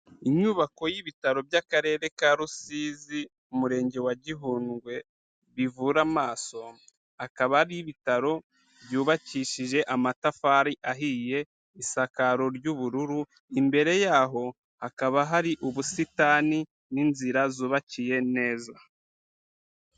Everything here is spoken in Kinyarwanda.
Inyubako y'ibitaro by'Akarere ka Rusizi, Umurenge wa Gihundwe bivura amaso, akaba ari ibitaro byubakishije amatafari ahiye, isakaro ry'ubururu, imbere yaho hakaba hari ubusitani n'inzira zubakiye neza.